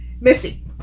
Missy